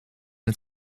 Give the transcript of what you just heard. het